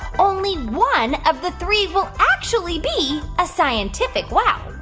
only one of the three will actually be a scientific wow.